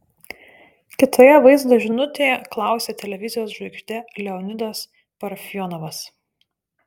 kitoje vaizdo žinutėje klausė televizijos žvaigždė leonidas parfionovas